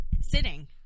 sitting